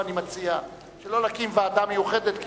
לא להקים ועדה מיוחדת.